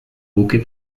buque